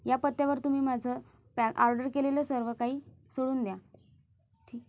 या पत्त्यावर तुम्ही माझं पॅ ऑर्डर केलेलं सर्व काही सोडून द्या